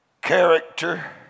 character